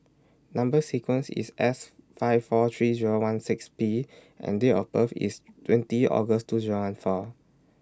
Number sequence IS S five four three Zero one seven six P and Date of birth IS twenty August two Zero one four